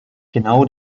genau